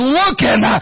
looking